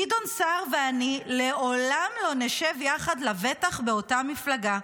גדעון סער ואני לעולם לא נשב יחד לבטח באותה מפלגה,